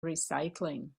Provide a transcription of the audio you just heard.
recycling